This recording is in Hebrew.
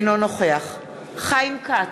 אינו נוכח חיים כץ,